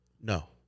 No